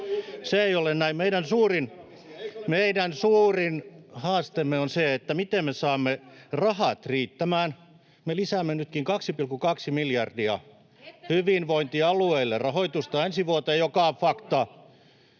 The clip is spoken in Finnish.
Meidän suurin haasteemme on se, miten me saamme rahat riittämään. Me lisäämme nytkin 2,2 miljardia hyvinvointialueille rahoitusta ensi vuoteen, [Välihuutoja